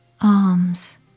arms